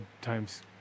times